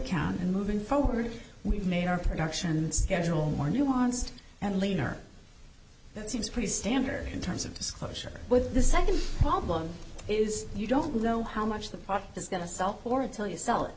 account and moving forward we've made our production schedule more nuanced and leaner that seems pretty standard in terms of disclosure with the second problem is you don't know how much the pot is going to sulk or until you sell it